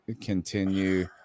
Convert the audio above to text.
continue